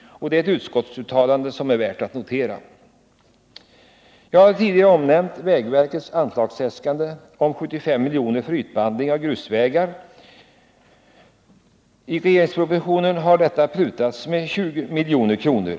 Det är ett utskottsuttalande som är värt att notera. Jag har tidigare omnämnt att vägverkets anslagsäskande om 75 milj.kr. för ytbehandling av grusvägar i budgetpropositionen prutats ned med 20 milj.kr.